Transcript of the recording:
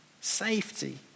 safety